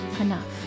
enough